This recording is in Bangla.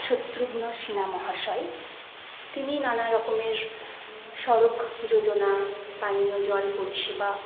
শত্রুঘ্ন সিনহা মহাশয় তিনি নানারকমের সড়ক যোজনা পানীয় জল পরিষেবা